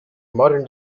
modern